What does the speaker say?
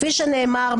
כפי שנאמר,